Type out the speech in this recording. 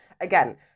Again